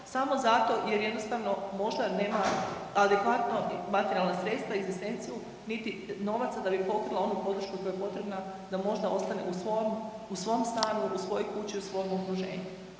samo zato jer jednostavno možda nema adekvatno materijalna sredstva za egzistenciju niti novac da bi pokrila onu podršku koja je potrebna da možda ostane u svom stanu, u svojoj kući, u svom okruženju.